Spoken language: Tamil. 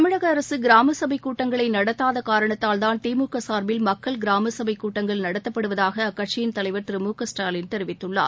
தமிழக அரசு கிராமசபை கூட்டங்களை நடத்தாத காரணத்தால் தான் தி மு க சார்பில் மக்கள் கிராம சபை கூட்டங்கள் நடத்தப்படுவதாக அக்கட்சியின் தலைவர் திரு மு க ஸ்டாலின் தெரிவித்துள்ளார்